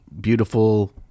beautiful